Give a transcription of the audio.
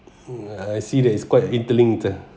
mm I see that is quite interlinked